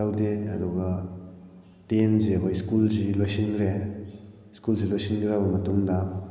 ꯇꯧꯗꯦ ꯑꯗꯨꯒ ꯇꯦꯟꯁꯦ ꯑꯩꯈꯣꯏ ꯁ꯭ꯀꯨꯜꯁꯤ ꯂꯣꯏꯁꯤꯜꯂꯨꯔꯦ ꯁ꯭ꯀꯨꯜꯁꯤ ꯂꯣꯏꯁꯤꯜꯂꯨꯔꯕ ꯃꯇꯨꯡꯗ